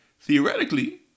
Theoretically